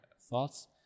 thoughts